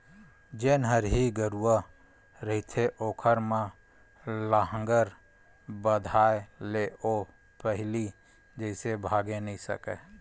जेन हरही गरूवा रहिथे ओखर म लांहगर बंधाय ले ओ पहिली जइसे भागे नइ सकय